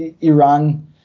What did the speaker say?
Iran